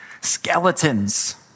skeletons